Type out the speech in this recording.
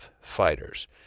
fighters